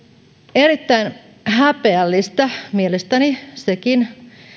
erittäin häpeällistä mielestäni sekin